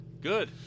Good